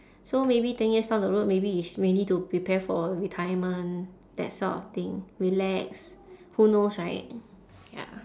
so maybe ten years down the road maybe it's mainly to prepare for retirement that sort of thing relax who knows right ya